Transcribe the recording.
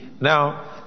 now